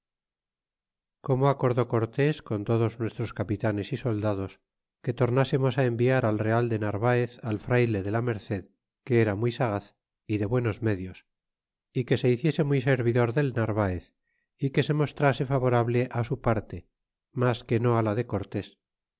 como acordó cortés con todos nuestros capitanes y soldados que tornásemos á enviar al real de narvaez al fray le de la merced que era muy sagaz y de buenos medios y que se hiciese muy servidor del narvaez é que se mostrase favorable i su parte mas que no á la de cortes